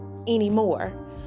anymore